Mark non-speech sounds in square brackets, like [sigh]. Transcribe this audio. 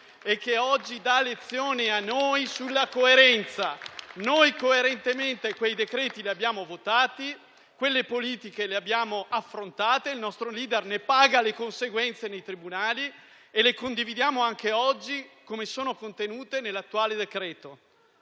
e oggi dà lezioni a noi sulla coerenza. [applause] Coerentemente, quei decreti li abbiamo votati e quelle politiche le abbiamo affrontate, il nostro *leader* ne paga le conseguenze nei tribunali e le condividiamo anche oggi, per come sono contenute nell'attuale decreto-legge.